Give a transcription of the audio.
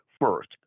First